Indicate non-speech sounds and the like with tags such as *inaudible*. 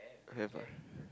have ah *breath*